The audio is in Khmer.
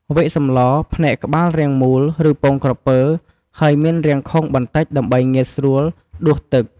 វែកសម្ល ផ្នែកក្បាលរាងមូល ឬពងក្រពើ ហើយមានរាងខូងបន្តិចដើម្បីងាយស្រួលដួសទឹក។